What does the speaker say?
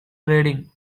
reading